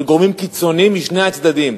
של גורמים קיצוניים משני הצדדים,